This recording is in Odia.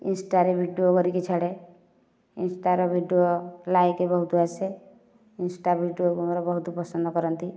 ଇନଷ୍ଟାରେ ଭିଡ଼ିଓ କରିକି ଛାଡ଼େ ଇନଷ୍ଟାର ଭିଡ଼ିଓ ଲାଇକ ବହୁତ ଆସେ ଇନଷ୍ଟା ଭିଡ଼ିଓକୁ ମୋର ବହୁତ ପସନ୍ଦ କରନ୍ତି